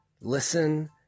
Listen